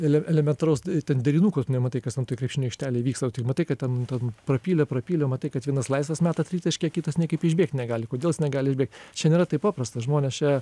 ele elementaraus ten derinuko tu nematai kas ten krepšinio aikštelėj vyksta o tik matai kad ten ten prapylė prapylė matai kad vienas laisvas meta tritaškį o kitas niekaip išbėgti negali kodėl jis negali išbėgt čia nėra taip paprasta žmonės čia